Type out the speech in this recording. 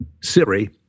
Siri